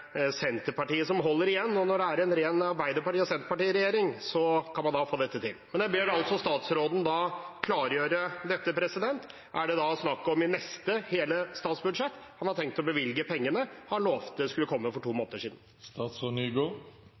Senterpartiet som holder igjen, og når det er en ren Arbeiderparti- og Senterparti-regjering, kan man få dette til. Men jeg ber statsråden klargjøre dette. Er det da snakk om i neste hele statsbudsjett at han har tenkt å bevilge pengene han for to måneder siden lovte skulle komme?